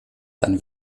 dann